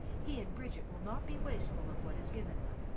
he and bridget will not be wasteful of what is given them.